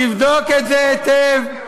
תבדוק את זה היטב.